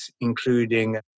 including